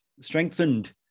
strengthened